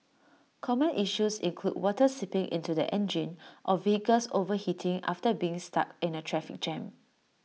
common issues include water seeping into the engine or vehicles overheating after being stuck in A traffic jam